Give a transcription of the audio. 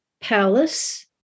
palace